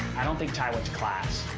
i don't think ty went to class.